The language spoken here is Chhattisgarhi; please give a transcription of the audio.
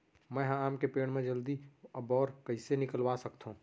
मैं ह आम के पेड़ मा जलदी बौर कइसे निकलवा सकथो?